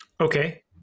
Okay